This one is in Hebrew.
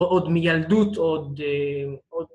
‫עוד מילדות, עוד...